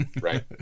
Right